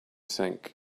think